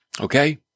Okay